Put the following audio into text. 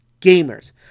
Gamers